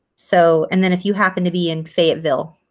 so and then if you happen to be in fayetteville,